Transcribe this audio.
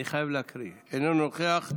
אני חייב להקריא, אינו נוכח,